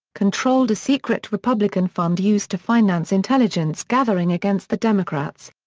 controlled a secret republican fund used to finance intelligence-gathering against the democrats.